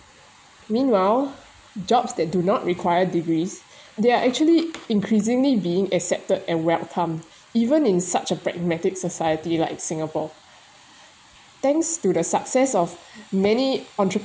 meanwhile jobs that do not require degrees they are actually increasingly being accepted and welcomed even in such a pragmatic society like singapore thanks to the success of many entrepreneur